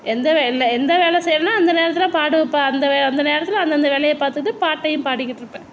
எந்த வேலை இல்லை எந்த வேலை செய்கிறனோ அந்த நேரத்தில் பாடு அந்த நேரத்தில் அந்தந்த வேலயை பார்த்துட்டு பாட்டையும் பாடிக்கிட்டிருப்பேன்